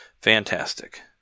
fantastic